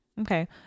Okay